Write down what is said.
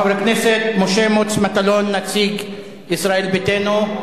חבר הכנסת משה מוץ מטלון, נציג ישראל ביתנו.